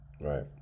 right